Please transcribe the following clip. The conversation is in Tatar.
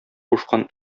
кушкан